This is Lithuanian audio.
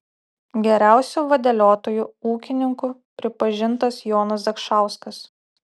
geriausiu vadeliotoju ūkininku pripažintas jonas zakšauskas